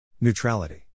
neutrality